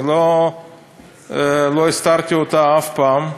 אני לא הסתרתי אותה אף פעם,